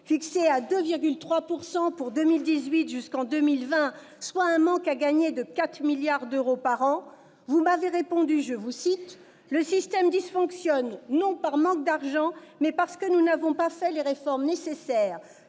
fixé à 2,3 % pour 2018, et jusqu'en 2020, soit un manque à gagner de 4 milliards d'euros par an, vous m'ave z répondu :« Le système dysfonctionne, non par manque d'argent, mais parce que nous n'avons pas fait les réformes nécessaires.